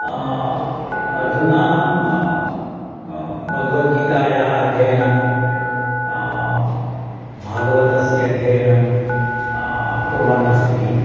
अधुना अहं भगवद्गीतायाः अध्ययनं भागवतस्य अध्ययनं कुर्वन् अस्मि